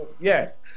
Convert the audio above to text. Yes